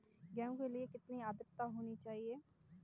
गेहूँ के लिए कितनी आद्रता होनी चाहिए?